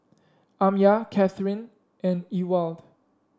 Amya Kathyrn and Ewald